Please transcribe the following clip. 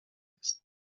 است